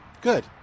Good